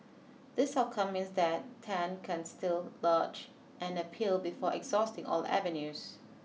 this outcome means that Tan can still lodge an appeal before exhausting all avenues